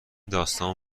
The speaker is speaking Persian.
داستان